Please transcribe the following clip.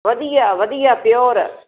ਵਧੀਆ ਵਧੀਆ ਪਿਓਰ